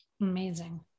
Amazing